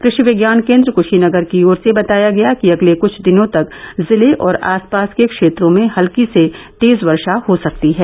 कृषि विज्ञान केंद्र कुशीनगर की ओर से बताया गया कि अगले कुछ दिनों तक जिले और आसपास के क्षेत्रों में हल्की से तेज वर्षा हो सकती है